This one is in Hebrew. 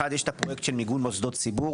אחד יש הפרויקט של מיגון מוסדות ציבור